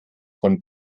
von